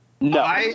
No